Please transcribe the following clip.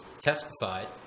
testified